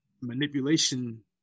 manipulation